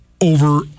over